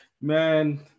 man